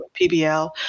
PBL